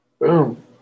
Boom